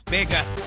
Vegas